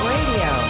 Radio